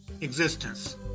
existence